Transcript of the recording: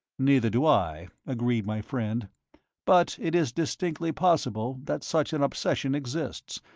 neither do i, agreed my friend but it is distinctly possible that such an obsession exists,